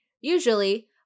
Usually